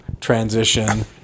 transition